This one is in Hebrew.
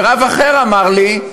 ורב אחר אמר לי,